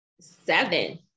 seven